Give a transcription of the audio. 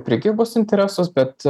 prekybos interesus bet